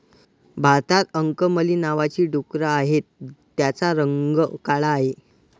भारतात अंकमली नावाची डुकरं आहेत, त्यांचा रंग काळा आहे